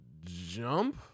Jump